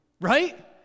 Right